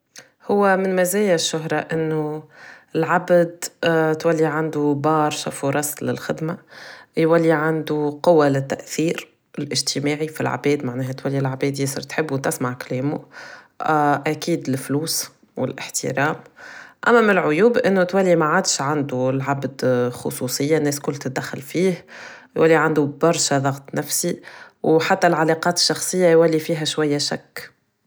هو من مزايا الشهرة انو العبد تولي عندو برشا فرص للهدمة يولي عندو قوة للتاثير الاجتماعي فلعباد معناها تولي العباد ياسر تحبو وتسمع كلامو اكيد الفلوس و الاحترام اما ملعيوب انو تولي معادش عندو العبد خصوصية الناس كل تدخل فيه يولي عندو برشا ضغط نفسي و حتى العلاقات الشخصية يولي فيها شوية شك